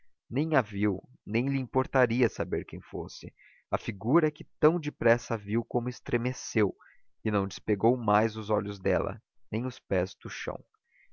nem a viu nem lhe importaria saber quem fosse a figura é que tão depressa a viu como estremeceu e não despegou mais os olhos dela nem os pés do chão